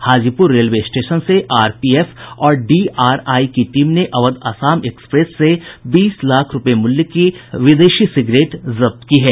Hajipur railway station से RPF और DRI की टीम ने अवध असम एक्सप्रेस से बीस लाख रूपये मूल्य की विदेशी सिगरेट जब्त की है